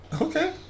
okay